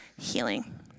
healing